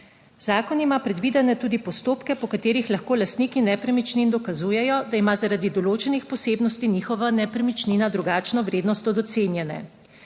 Zakon ima predvidene tudi postopke, po katerih lahko lastniki nepremičnin dokazujejo, da ima zaradi določenih posebnosti njihova nepremičnina drugačno vrednost od ocenjene.